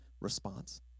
response